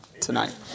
tonight